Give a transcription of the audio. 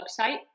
website